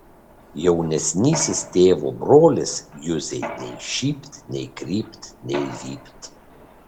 jaunesnysis tėvo brolis juzei nei šypt nei krypt nei vypt